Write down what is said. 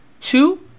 Two